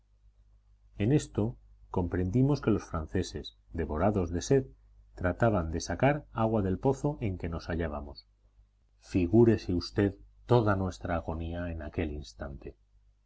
en esto comprendimos que los franceses devorados de sed trataban de sacar agua del pozo en que nos hallábamos figúrese usted toda nuestra agonía en aquel instante